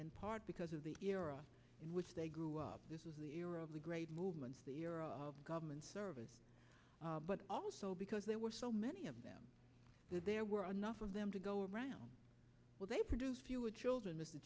in part because of the era in which they grew up this is the era of the great movements the era of government service but also because there were so many of them there were enough of them to go around well they produce fewer children